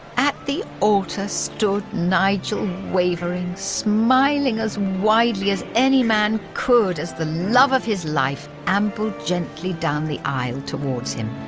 at the altar stood nigel wavering, smiling as widely as any man could as the love of his life ambled gently down the aisle towards him.